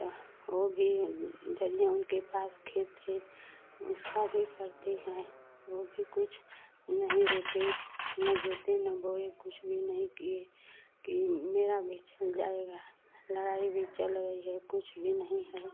तो वो भी दरिएं उनके पास खेत है उसका भी परती है वो भी कुछ नहीं रोपे न जोते न बोए कुछ भी नहीं किए कि मेरा भी चला जाएगा लड़ाई भी चल रही है कुछ भी नहीं है